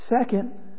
Second